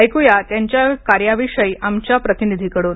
ऐकूया त्यांच्या या कार्याविषयी आमच्या प्रतिनिधीकडून